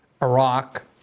Iraq